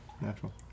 Natural